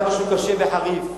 כמה שהוא קשה וחריף,